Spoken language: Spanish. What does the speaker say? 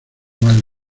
mal